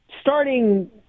starting